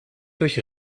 durch